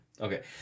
Okay